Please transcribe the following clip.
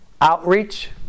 outreach